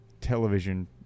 television